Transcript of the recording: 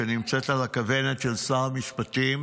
שנמצאת על הכוונת של שר המשפטים